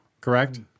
Correct